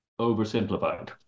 oversimplified